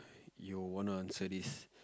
you wanna answer this